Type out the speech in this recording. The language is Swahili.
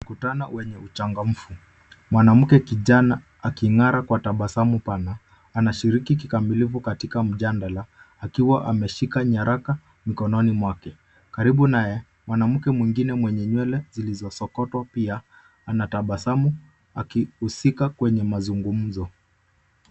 Mkutano wenye uchangamfu. Mwanamke kijana akin'gara kwa tabasamu sana, anashiriki kikamilifu katika mjadala, akiwa ameshika nyaraka mkononi mwake. Karibu naye mwanamke mwingine mwenye nywele zilizo sokotwa pia anatabasamu, akihusika kwenye mazungumzo.